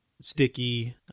sticky